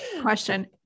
question